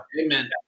Amen